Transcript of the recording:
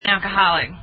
Alcoholic